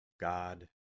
God